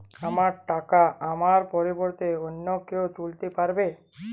আমার টাকা আমার পরিবর্তে অন্য কেউ তুলতে পারবে?